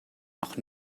noch